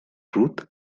truth